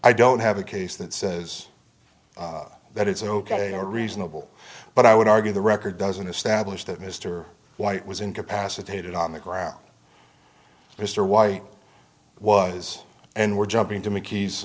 i don't have a case that says that it's ok or reasonable but i would argue the record doesn't establish that mr white was incapacitated on the ground mr white wise and we're jumping to mickey's